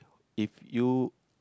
if you